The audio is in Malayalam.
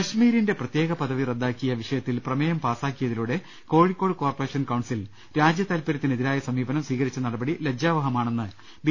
കശ്മീരിന്റെ പ്രത്യേക പദവി റദ്ദാക്കിയ വിഷയത്തിൽ പ്രമേയം പാസ്സാക്കിയതിലൂടെ കോഴിക്കോട് കോർപ്പറേഷൻ കൌൺസിൽ രാജ്യതാല്പരൃത്തിന് എതിരായ സമീപനം സ്വീകരിച്ച നടപടി ലജ്ജാവഹമാണെന്ന് ബി